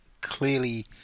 clearly